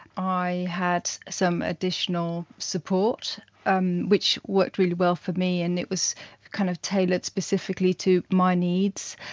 i had some additional support um which worked really well for me and it was kind of tailored specifically to my needs.